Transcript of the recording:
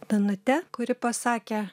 danute kuri pasakė